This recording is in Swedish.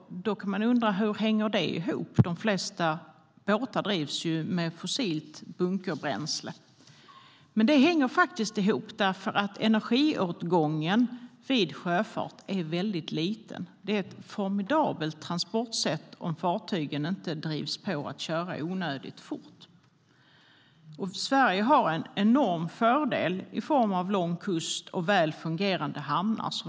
Då kan man undra: Hur hänger det ihop? De flesta båtar drivs ju med fossilt bunkerbränsle. Men det hänger faktiskt ihop, för energiåtgången vid sjöfart är väldigt liten. Det är ett formidabelt transportsätt om fartygen inte drivs på att köra onödigt fort. Sverige har en enorm fördel i form av en lång kust och väl fungerande hamnar.